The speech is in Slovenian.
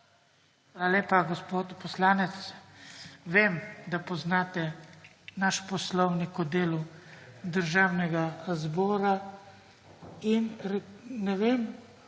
lepa, gospod poslanec. Vem, da poznate naš Poslovnik o delu Državnega zbora, in ne vem,